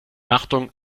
achtung